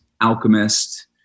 Alchemist